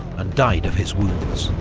and died of his wounds.